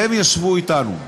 הם ישבו אתנו.